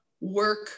work